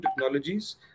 technologies